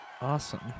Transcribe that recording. awesome